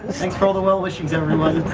thanks for all the well-wishings, everyone.